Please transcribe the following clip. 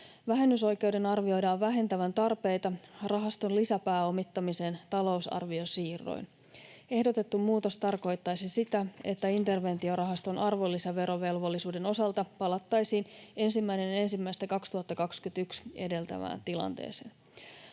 Vähennysoikeuden arvioidaan vähentävän tarpeita rahaston lisäpääomittamiseen talousarviosiirroin. Ehdotettu muutos tarkoittaisi sitä, että interventiorahaston arvonlisäverovelvollisuuden osalta palattaisiin 1.1.2021 edeltävään tilanteeseen.